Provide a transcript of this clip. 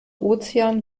ozean